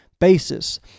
basis